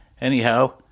Anyhow